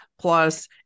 plus